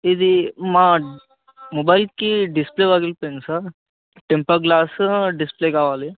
ఇది మా మొబైల్కి డిస్ప్లే పగిలిపోయింది సార్ టెంపర్ గ్లాస్ డిస్ప్లే కావాలి